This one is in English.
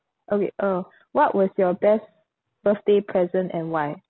okay uh what was your best birthday present and why